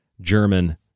German